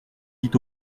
vit